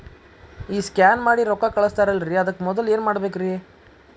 ಈ ಸ್ಕ್ಯಾನ್ ಮಾಡಿ ರೊಕ್ಕ ಕಳಸ್ತಾರಲ್ರಿ ಅದಕ್ಕೆ ಮೊದಲ ಏನ್ ಮಾಡ್ಬೇಕ್ರಿ?